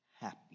happy